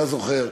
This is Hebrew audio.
אתה זוכר,